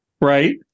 Right